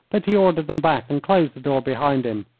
but he ordered them back and closed the door behind him.